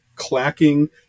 clacking